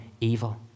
evil